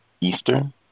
Eastern